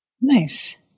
Nice